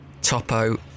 Topo